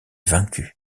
vaincu